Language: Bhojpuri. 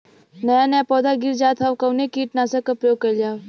नया नया पौधा गिर जात हव कवने कीट नाशक क प्रयोग कइल जाव?